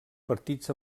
partits